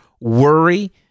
worry